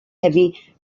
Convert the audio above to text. heavy